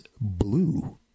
blue